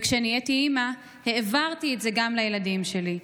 וכשנהייתי אימא העברתי את זה גם לילדים שלי.